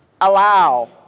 allow